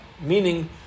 Meaning